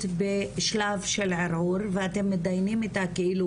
בשלב של ערעור ואתם מדיינים איתה כאילו,